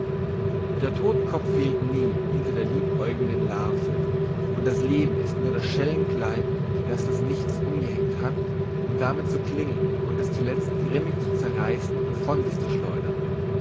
der todtenkopf fehlt nie hinter der liebäugelnden larve und das leben ist nur das schellenkleid das das nichts umgehängt hat um damit zu klingeln und es zulezt grimmig zu zerreißen und von sich zu schleudern